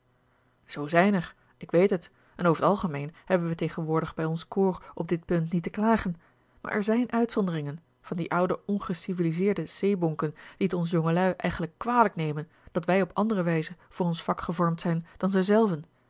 zoo zijn er ik weet het en over t algemeen hebben wij tegenwoordig bij ons korps op dit punt niet te klagen maar er zjjn uitzonderingen van die oude ongeciviliseerde zeebonken die t ons jongelui eigenlijk kwalijk nemen dat wij op andere wijze voor ons vak gevormd zijn dan zij zelven